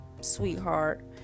sweetheart